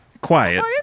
quiet